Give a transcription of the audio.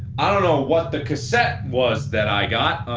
i don't know what the cassette was that i got.